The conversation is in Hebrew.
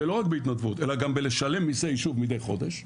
ולא רק בהתנדבות אלא גם לשלם מיסי יישוב מידי חודש,